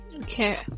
Okay